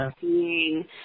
seeing